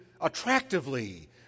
attractively